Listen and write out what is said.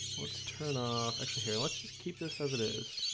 let's turn off actually here. let's just keep this as it is